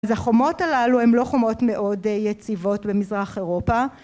אז החומות הללו הם לא חומות מאוד יציבות במזרח אירופה.